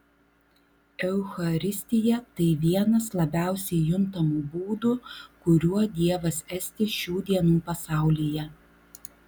eucharistija tai vienas labiausiai juntamų būdų kuriuo dievas esti šių dienų pasaulyje